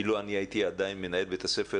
אילו אני הייתי עדיין מנהל בית-הספר,